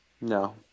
No